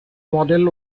model